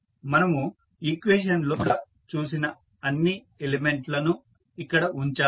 మనము ఈక్వేషన్ లో నోడ్ లుగా చూసిన అన్ని ఎలిమెంట్ లను ఇక్కడ ఉంచాము